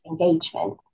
engagement